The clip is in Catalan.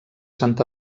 sant